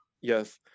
Yes